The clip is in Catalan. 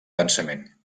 pensament